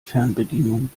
fernbedienung